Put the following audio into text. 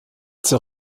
zur